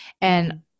And-